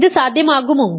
ഇത് സാധ്യമാകുമോ